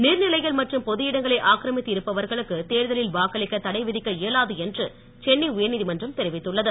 நீர்நிலைகள் மற்றும் பொது இடங்களை ஆக்கிரமித்து இருப்பவர்களுக்கு தேர்தலில் வாக்களிக்க தடை விதிக்க இயலாது என்று சென்னை உயர்நீதிமன்றம் தெரிவித்துள்ளது